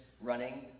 running